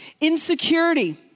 Insecurity